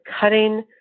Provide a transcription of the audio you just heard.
cutting